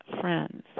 Friends